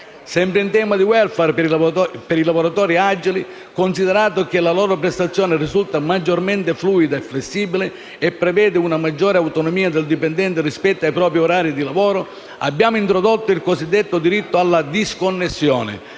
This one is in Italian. Sempre in tema di welfare per i lavoratori “agili”, considerato che la loro prestazione risulta maggiormente fluida e flessibile, e prevede una maggiore autonomia del dipendente rispetto ai propri orari di lavoro, abbiamo introdotto il cosiddetto «diritto alla disconnessione»,